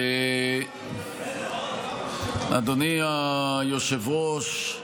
אדוני היושב-ראש,